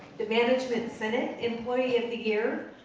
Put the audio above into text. the management senate employee of the year.